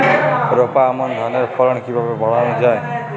রোপা আমন ধানের ফলন কিভাবে বাড়ানো যায়?